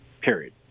period